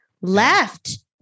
left